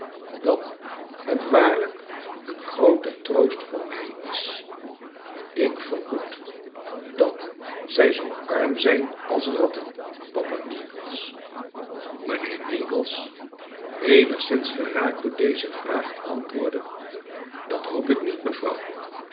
dat het waarlijk eon groote troost voor mij is charles dickens ik vermoed dat zij zoo arm zijn als ratten papa meagles mijnheer meagles eenigszins geraakt door deze vraag antwoordde dat hoop ik met mevrouw